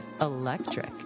Electric